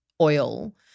oil